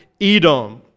Edom